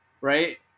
Right